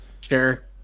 Sure